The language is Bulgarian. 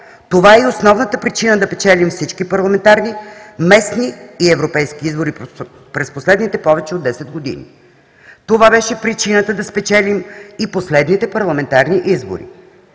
Това е и основната причина да печелим всички парламентарни, местни и европейски избори през последните повече от 10 години. Това беше причината да спечелим и последните парламентарни избори.